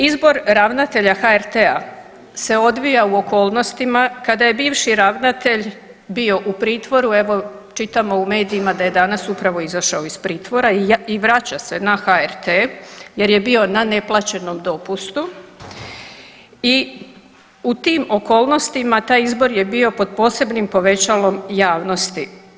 Izbor ravnatelja HRT-a se odvija u okolnostima kada je bivši ravnatelj bio u pritvoru, evo čitamo u medijima da je danas upravo izašao iz pritvora i vraća se na HRT jer je bio na neplaćenom dopustu i u tim okolnostima, a taj izbor je bio pod posebnim povećalom javnosti.